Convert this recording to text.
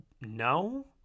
no